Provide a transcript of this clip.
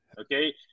okay